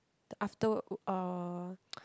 the afterward uh